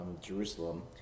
Jerusalem